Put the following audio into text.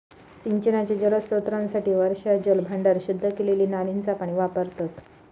सिंचनाच्या जलस्त्रोतांसाठी वर्षाजल भांडार, शुद्ध केलेली नालींचा पाणी वापरतत